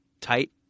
tight